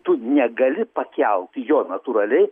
tu negali pakelt jo natūraliai